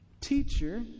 teacher